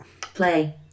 Play